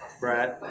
Brad